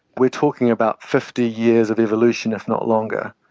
we are talking about fifty years of evolution, if not longer.